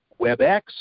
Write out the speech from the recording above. WebEx